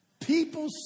People